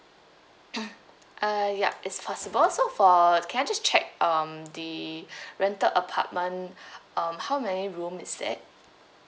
uh ya it's possible so for can I just check um the rental apartment um how many room is that